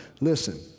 Listen